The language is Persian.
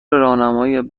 موقع